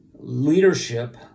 leadership